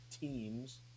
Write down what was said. teams